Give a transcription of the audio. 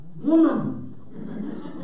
woman